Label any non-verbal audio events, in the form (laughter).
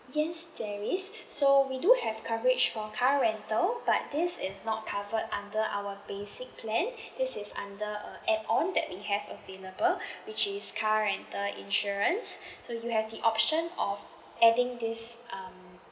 yes there is (breath) so we do have coverage for car rental but this is not covered under our basic plan (breath) this is under a add on that we have available (breath) which is car rental insurance (breath) so you have the option of adding this um